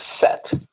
set